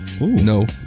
No